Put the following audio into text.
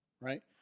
right